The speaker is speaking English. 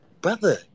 brother